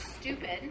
stupid